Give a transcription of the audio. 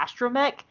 astromech